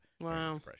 Wow